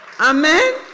amen